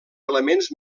elements